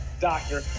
doctor